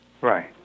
Right